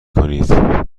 کنید